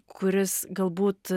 kuris galbūt